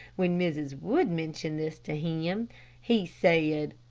when mrs. wood mentioned this to him he said,